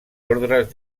ordres